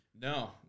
No